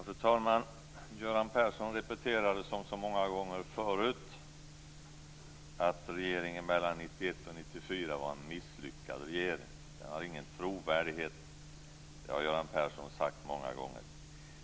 Fru talman! Göran Persson repeterade som så många gånger förut att regeringen mellan 1991 och 1994 var en misslyckad regering. Den hade ingen trovärdighet. Det har Göran Persson sagt många gånger.